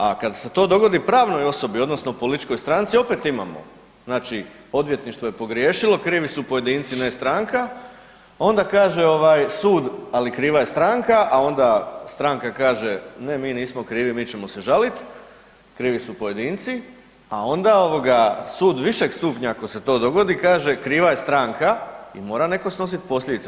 A kada se to dogodi pravnoj osobi, odnosno političkoj stranci, opet imamo, znači odvjetništvo je pogriješilo, krivi su pojedinci, ne stranka, onda kaže ovaj sud, ali kriva je stranka, a onda stranka kaže, ne, mi nismo krivi, mi ćemo se žaliti, krivi su pojedinci, a onda sud višeg stupnja, ako se to dogodi, kaže kriva je stranka i mora netko snositi posljedice.